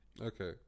Okay